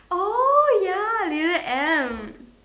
oh ya leader M